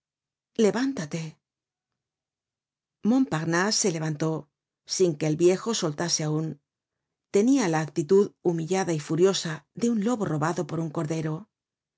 levántate montparnase se levantó sin que el viejo soltase aun tenia la actitudhumillada y furiosa de un lobo robado por un cordero